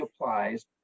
applies